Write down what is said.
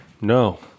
no